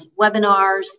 webinars